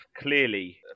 clearly